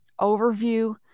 overview